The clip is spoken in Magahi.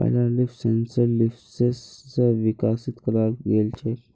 पहला लीफ सेंसर लीफसेंस स विकसित कराल गेल छेक